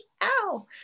Ow